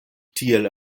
tiel